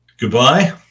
Goodbye